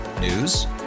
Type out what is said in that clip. News